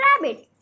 rabbit